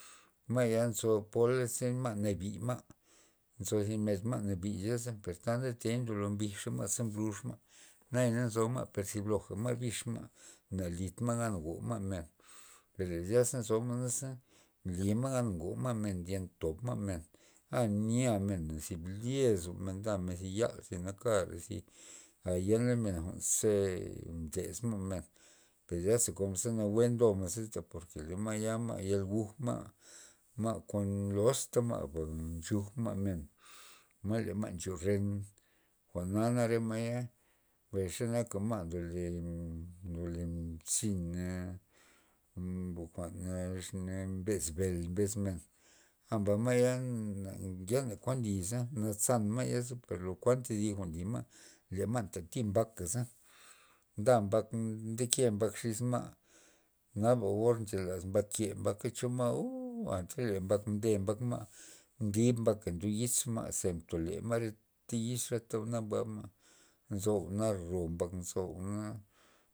Ma'ya nzo pola ze ma' nabi ma', nzo thib ned ma' nabi per ta ndete lo mbijxa ma' mblux ma', per na nzo ma' per ma' bix ma' na lid ma' go ma men per zyasa nzo ma' naze nly ma' gan ngoma' men ndyen tob ma' men a nya mena bli lozomen ndamen zi yal zi nakara zi ayen la men ze mdes ma' men per asa kon nawue lo men za porke le ma'ya ma ya guj kuj ma' kon loz ta ma'ba nchuj ma' men ma' le ma nchu re, jwa'na nak re ma'ya mbay xenak ma' ndole ndole mzin ndo kuan jwa'n mbes mel mbes men a le ma'ya ngena kuan lyza nazan ma'yaza per lo kuan thi dib nli ma' le ma' nta thi mbakaza nda mbak nde ke mbak xis mbak naba or nche lazmen ke mbaka cho ma' oo anta le mbak mde mbak ma' mdib mbak ndo yiz ze mtole re yiz reta jwa'na buab ma' nzo jwa'na ro mbak nzo jwa'na.